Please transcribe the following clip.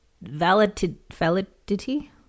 validity